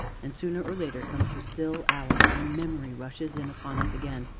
and, sooner or later, comes the still hour when memory rushes in upon us again,